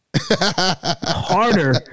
harder